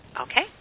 Okay